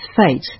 fate